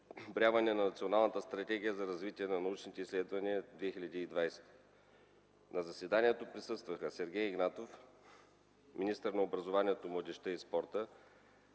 на Национална стратегия за развитие на научните изследвания 2020. На заседанието присъстваха Сергей Игнатов – министър на образованието, младежта и науката,